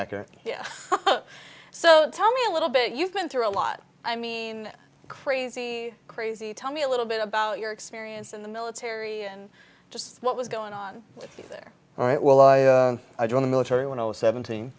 accurate so tell me a little bit you've been through a lot i mean crazy crazy tell me a little bit about your experience in the military and just what was going on with you there right well i join the military when i was seventeen